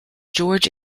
george